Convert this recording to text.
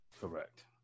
Correct